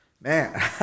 Man